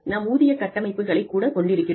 நாம் ஊதிய கட்டமைப்புகளைக் கூடக் கொண்டிருக்கிறோம்